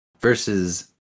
versus